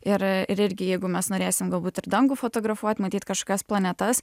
ir ir irgi jeigu mes norėsim galbūt ir dangų fotografuot matyt kažkokias planetas